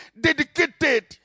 Dedicated